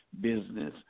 business